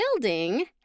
building